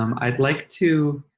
um i'd like to,